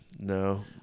No